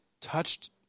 touched